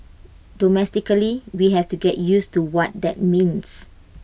domestically we have to get used to what that means